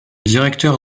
directeur